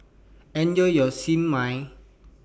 Enjoy your Siew Mai